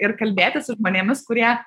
ir kalbėti su žmonėmis kurie